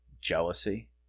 jealousy